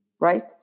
Right